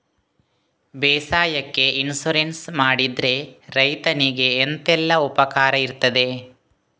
ಬೇಸಾಯಕ್ಕೆ ಇನ್ಸೂರೆನ್ಸ್ ಮಾಡಿದ್ರೆ ರೈತನಿಗೆ ಎಂತೆಲ್ಲ ಉಪಕಾರ ಇರ್ತದೆ?